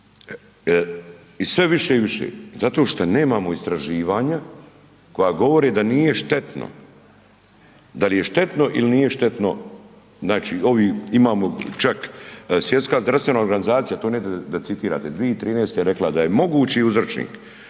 i sve više i više, zato šta nemamo istraživanja koja govore da nije štetno. Dal' je štetno ili nije štetno, znači, ovi, imamo čak Svjetska zdravstvena organizacija, to .../Govornik se ne razumije./... da citirate, 2013.-te je rekla da je mogući uzročnik